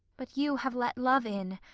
but you have let love in,